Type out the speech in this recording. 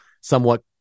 somewhat